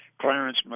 Clarence